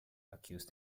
accused